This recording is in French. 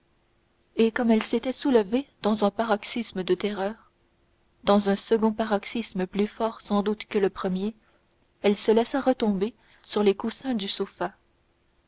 et comme elle s'était soulevée dans un paroxysme de terreur dans un second paroxysme plus fort sans doute que le premier elle se laissa retomber sur les coussins du sofa